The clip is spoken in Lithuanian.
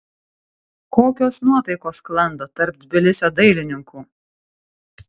kokios nuotaikos sklando tarp tbilisio dailininkų